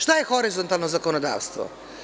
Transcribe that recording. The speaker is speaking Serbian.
Šta je horizontalno zakonodavstvo?